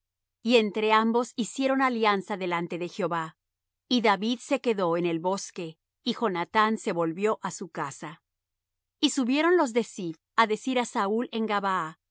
y entrambos hicieron alianza delante de jehová y david se quedó en el bosque y jonathán se volvió á su casa y subieron los de ziph á decir á saúl